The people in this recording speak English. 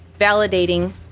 validating